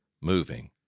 moving